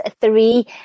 three